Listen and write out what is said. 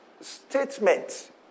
statement